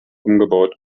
umgebaut